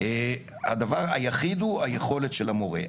הדבר היחיד הוא, היכולת של המורה.